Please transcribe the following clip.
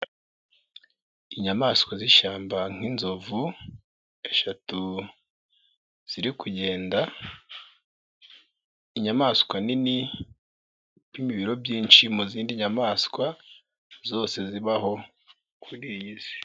Inyamaswa z'ishyamba nk'inzovu eshatu ziri kugenda, inyamaswa nini ipima ibiro byinshi mu zindi nyamaswa zose zibaho kuri iyi si.